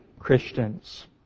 Christians